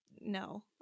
no